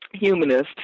humanist